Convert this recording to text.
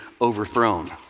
overthrown